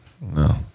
no